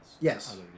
yes